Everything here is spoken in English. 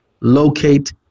locate